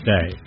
Day